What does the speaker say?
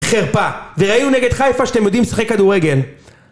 חרפה, וראינו נגד חיפה שאתם יודעים לשחק כדורגל